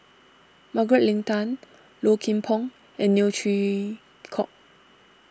Margaret Leng Tan Low Kim Pong and Neo Chwee Kok